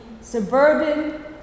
suburban